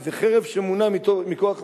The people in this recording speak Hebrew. וזה חרב שמונעת מכוח הפה.